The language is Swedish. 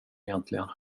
egentligen